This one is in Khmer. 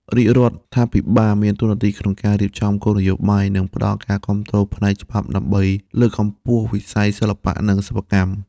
រាជរដ្ឋាភិបាលមានតួនាទីក្នុងការរៀបចំគោលនយោបាយ និងផ្តល់ការគាំទ្រផ្នែកច្បាប់ដើម្បីលើកកម្ពស់វិស័យសិល្បៈនិងសិប្បកម្ម។